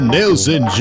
Nelson